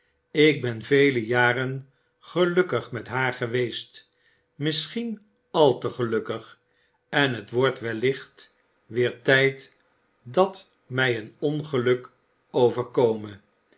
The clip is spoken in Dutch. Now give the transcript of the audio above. ik ben vele jaren gelukkig met haar geweest misschien al te gelukkig en het wordt wellicht weer tijd dat mij een ongeluk overkome